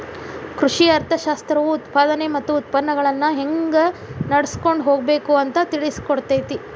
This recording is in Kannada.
ಕೃಷಿ ಅರ್ಥಶಾಸ್ತ್ರವು ಉತ್ಪಾದನೆ ಮತ್ತ ಉತ್ಪನ್ನಗಳನ್ನಾ ಹೆಂಗ ನಡ್ಸಕೊಂಡ ಹೋಗಬೇಕು ಅಂತಾ ತಿಳ್ಸಿಕೊಡತೈತಿ